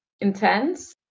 intense